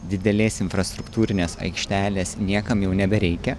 didelės infrastruktūrinės aikštelės niekam jau nebereikia